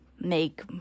make